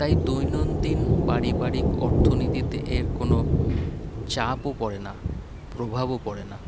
তাই দৈনন্দিন পারিবারিক অর্থনীতিতে এর কোনও চাপও পড়ে না প্রভাবও পড়ে না